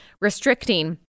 restricting